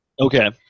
Okay